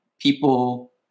people